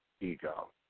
ego